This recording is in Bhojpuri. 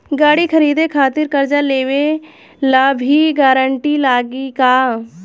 गाड़ी खरीदे खातिर कर्जा लेवे ला भी गारंटी लागी का?